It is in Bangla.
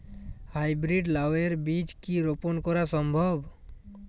হাই ব্রীড লাও এর বীজ কি রোপন করা সম্ভব?